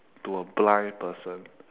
to a blind person